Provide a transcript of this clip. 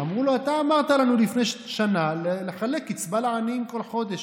אמרו לו: אתה אמרת לנו לפני שנה לחלק קצבה לעניים כל חודש.